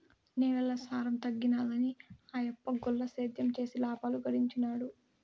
నేలల సారం తగ్గినాదని ఆయప్ప గుల్ల సేద్యం చేసి లాబాలు గడించినాడు